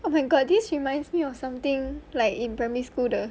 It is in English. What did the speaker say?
oh my god this reminds me or something like in primary school 的